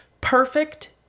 Perfect